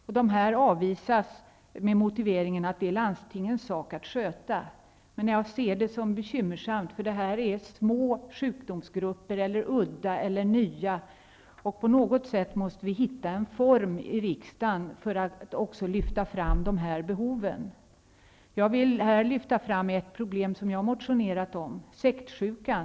Motionerna avvisas med motiveringen att det är landstingens sak att hantera dessa frågor. Men jag anser att detta är bekymmersamt. Det är fråga om sjukdomsgrupper, udda eller nya. Vi måste på något sätt finna en form i riksdagen för att också lyfta fram dessa behov. Jag vill här lyfta fram ett problem som jag har väckt en motion om, nämligen ''sektsjukan''.